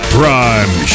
Prime